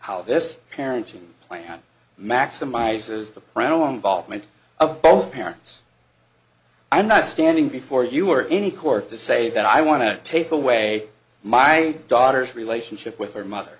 how this parenting plan maximizes the prana longball ment of both parents i'm not standing before you or any court to say that i want to take away my daughter's relationship with her mother